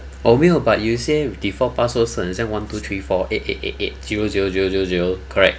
我没有 but 有些 default password 是很像 one two three four eight eight eight eight zero zero zero zero zero correct